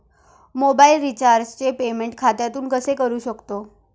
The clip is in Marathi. मोबाइल रिचार्जचे पेमेंट खात्यातून कसे करू शकतो?